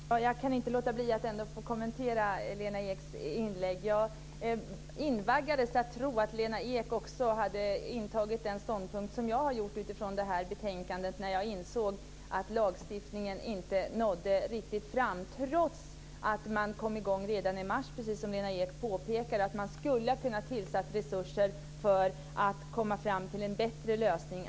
Herr talman! Jag kan inte låta bli att kommentera Lena Eks inlägg. Jag invaggades att tro att Lena Ek hade intagit samma ståndpunkt som jag har gjort utifrån det här betänkandet när jag insåg att lagstiftningen inte nådde ända fram - trots att man, precis som Lena Ek påpekar, kom i gång redan i mars. Man hade kunnat sätta in resurser för att komma fram till en bättre lösning.